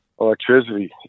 electricity